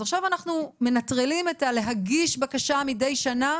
אז עכשיו אנחנו מנטרלים את ה-להגיש בקשה מידי שנה.